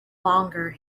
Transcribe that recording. longer